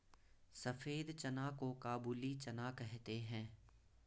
सफेद चना को काबुली चना कहते हैं